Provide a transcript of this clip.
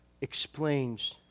explains